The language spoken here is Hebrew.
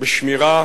בשמירה